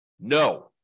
No